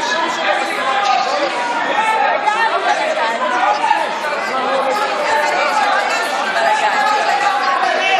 הנושא נמצא כרגע בבדיקה גם על ידי הצוות המשפטי,